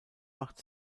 macht